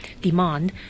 demand